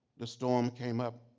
the storm came up,